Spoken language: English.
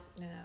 No